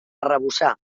arrebossar